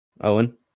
Owen